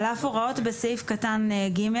על אף ההוראות בסעיף קטן (ג),